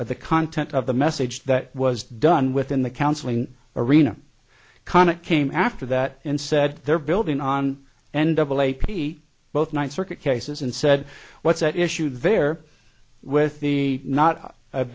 of the content of the message that was done within the counseling arena conic came after that and said they're building on and double a p both ninth circuit cases and said what's at issue there with the not a